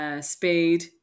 Speed